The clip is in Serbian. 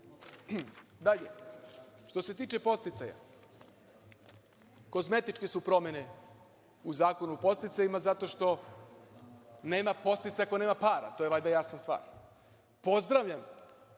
EU.Dalje, što se tiče podsticaja, kozmetičke su promene u Zakonu o podsticajima, zato što nema podsticaja ako nema para. To je valjda jasna stvar. Pozdravljam